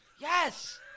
Yes